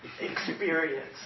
Experience